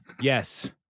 yes